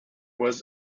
was